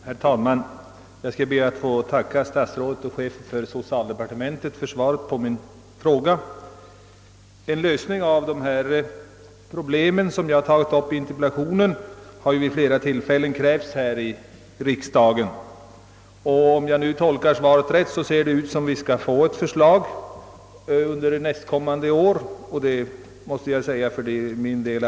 Herr talman! Jag ber att få tacka statsrådet och chefen för socialdepartementet för svaret på min interpellation. En lösning av de problem som jag har tagit upp i interpellationen har vid flera tillfällen krävts här i riksdagen. Om jag tolkar svaret rätt ser det ut som om ett förslag kommer att framläggas under nästkommande år. Det tycker jag är utmärkt.